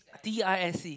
D I S E